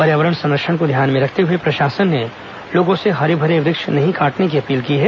पर्यावरण संरक्षण को ध्यान में रखते हुए प्रशासन ने लोगों से हरे भरे वृक्ष नहीं काटने की अपील की है